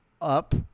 up